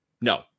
No